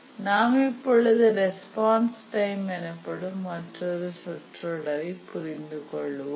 நாம் இப்பொழுது response time எனப்படும் மற்றொரு சொற்றொடரை புரிந்துகொள்வோம்